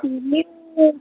ಹ್ಞೂ ನಿಮ್ಮದು